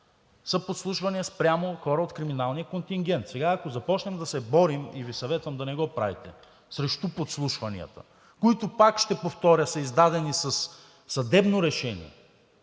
са подслушвания спрямо хора от криминалния контингент. Сега, ако започнем да се борим, и Ви съветвам да не го правите, срещу подслушванията, които, пак ще повторя, са издадени със съдебно решение